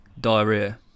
diarrhea